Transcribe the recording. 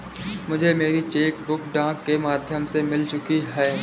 मुझे मेरी cheque book डाक के माध्यम से मिल चुकी है